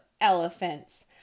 elephants